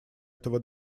этого